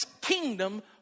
kingdom